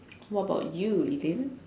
what about you you didn't